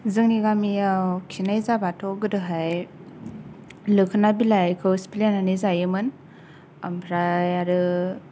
जोंनि गामियाव खिनाय जाबाथ' गोदोहाय लोखोना बिलायखौ सिफ्लेनानै जायोमोन आमफ्राय आरो